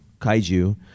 kaiju